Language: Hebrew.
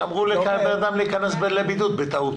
שאמרו לבן אדם להיכנס לבידוד בטעות.